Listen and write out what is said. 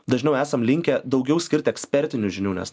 dažniau esam linkę daugiau skirti ekspertinių žinių nes